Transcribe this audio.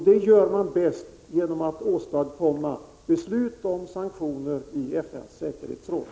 Det gör man bäst genom att åstadkomma beslut om sanktioner i FN:s säkerhetsråd.